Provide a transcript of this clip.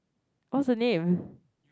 what is her name